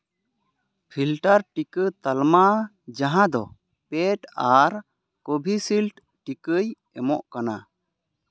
filter ᱴᱤᱠᱟᱹ ᱛᱟᱞᱢᱟ ᱡᱟᱦᱟᱸ ᱫᱚ ᱯᱮᱰ ᱟᱨ ᱠᱳᱵᱷᱤ ᱥᱤᱞᱰ ᱴᱤᱠᱟᱹᱭ ᱮᱢᱚᱜ ᱠᱟᱱᱟ